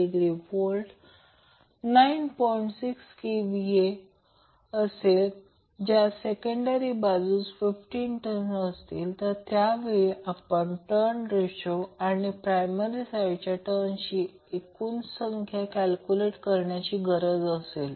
6 kVA ज्यास secondary बाजूस 50 turns असतील तर त्यावेळी आपल्याला टन्स रेशो आणि प्रायमरी साईडच्या टन्सची संख्या कॅल्क्युलेट करण्याची गरज असेल